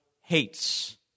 hates